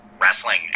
wrestling